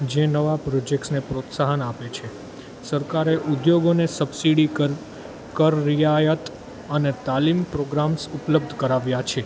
જે નવા પ્રોજેક્સને પ્રોત્સાહન આપે છે સરકારે ઉદ્યોગોને સબસીડી કર કર રીયાયત અને તાલીમ પ્રોગ્રામ્સ ઉપલબ્ધ કરાવ્યા છે